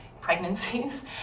pregnancies